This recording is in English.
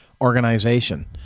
organization